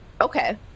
Okay